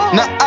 Now